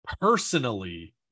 Personally